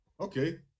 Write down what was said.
Okay